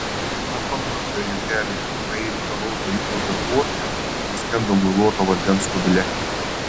ar pamenate juokelį apie airį alaus daryklos darbuotoją kuris nuskendo muiluoto vandens kubile